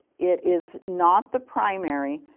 it is not the primary.